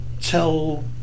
tell